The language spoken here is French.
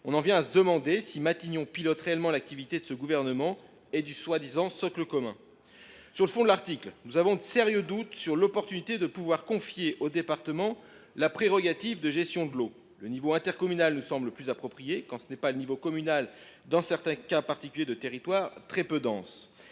On en vient à se demander si Matignon pilote réellement l’activité du Gouvernement et du soi disant socle commun… Concernant le fond de l’article, nous avons de sérieux doutes sur l’opportunité de confier au département la prérogative de gestion de l’eau. L’échelon intercommunal nous semble le plus approprié, quand ce n’est pas l’échelon communal dans certains cas particuliers de territoires très peu denses.